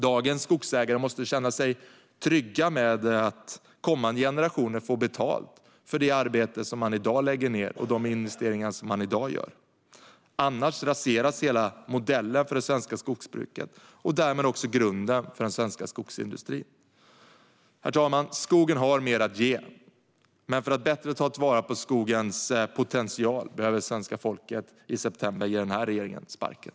Dagens skogsägare måste känna sig trygga med att kommande generationer får betalt för de investeringar och det arbete som görs i dag. Annars raseras hela modellen för det svenska skogsbruket och därmed också grunden för den svenska skogsindustrin. Skogen har mer att ge, men för att bättre ta vara på skogens potential behöver svenska folket i september ge den här regeringen sparken.